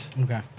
Okay